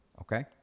okay